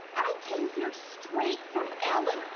i came here straight from ellen.